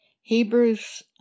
Hebrews